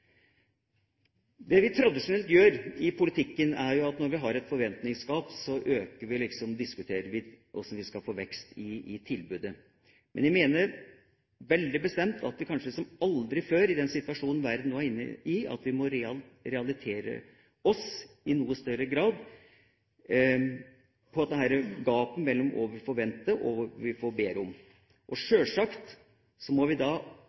Det vi tradisjonelt gjør i politikken når vi har forventninger til noe, er at vi diskuterer hvordan vi skal få vekst i tilbudet. Men jeg mener veldig bestemt at vi kanskje som aldri før, i den situasjonen verden nå er inne i, må realitetsorientere oss i noe større grad med hensyn til gapet mellom hva vi forventer, og hva vi ber om. Sjølsagt må vi legge til grunn en skarpere fordelingspolitikk og bli enda mer bevisste på hva vi